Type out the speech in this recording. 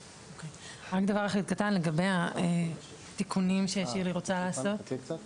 דבר קטן לגבי התיקונים שבנק ישראל רוצה לתקן.